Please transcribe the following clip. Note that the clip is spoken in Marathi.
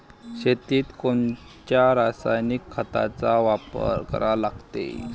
शेतीत कोनच्या रासायनिक खताचा वापर करा लागते?